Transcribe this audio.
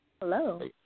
Hello